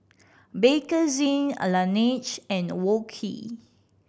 Bakerzin Laneige and Wok Hey